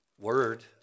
word